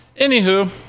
Anywho